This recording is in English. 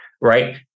right